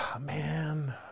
Man